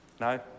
No